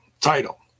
title